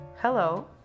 hello